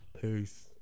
Peace